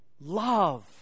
Love